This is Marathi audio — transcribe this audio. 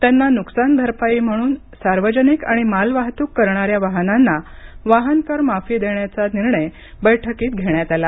त्यांना नुकसान भरपाई म्हणून सार्वजनिक आणि माल वाहतूक करणाऱ्या वाहनांना वाहन कर माफी देण्याचा निर्णय बैठकीत घेण्यात आला